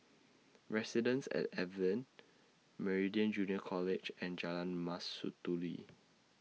Residences At Evelyn Meridian Junior College and Jalan Mastuli